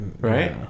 right